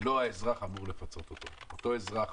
לא האזרח אמור לפצות אותו, אזרח